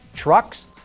trucks